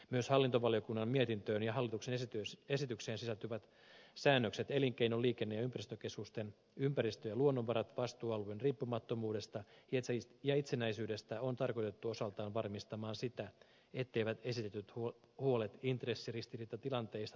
myös hallintovaliokunnan mietintöön ja hallituksen esitykseen sisältyvät säännökset elinkeino liikenne ja ympäristökeskusten ympäristö ja luonnonvarat vastuualueen riippumattomuudesta ja itsenäisyydestä on tarkoitettu osaltaan varmistamaan sitä etteivät esitetyt huolet intressiristiriitatilanteissa toteutuisi